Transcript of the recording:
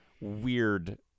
weird